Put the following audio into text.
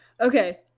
okay